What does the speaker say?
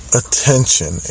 attention